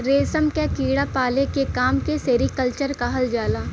रेशम क कीड़ा पाले के काम के सेरीकल्चर कहल जाला